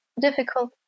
difficult